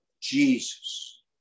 Jesus